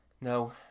No